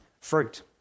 fruit